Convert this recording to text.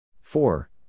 four